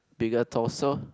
bigger torso